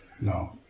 No